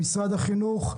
משרד החינוך,